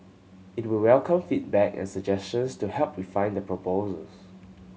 it would welcome feedback and suggestions to help refine the proposes